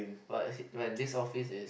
what when this office is